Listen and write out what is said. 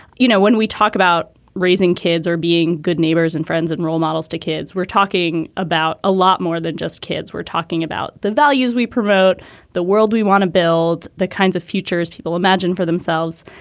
you know when we talk about raising kids or being good neighbors and friends and role models to kids we're talking about a lot more than just kids we're talking about the values we promote the world we want to build the kinds of futures people imagine for themselves.